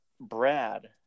Brad